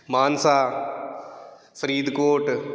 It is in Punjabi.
ਮਾਨਸਾ ਫਰੀਦਕੋਟ